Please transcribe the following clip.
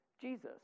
Jesus